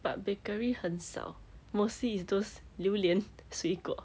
but bakery 很少 mostly it's those 榴莲水果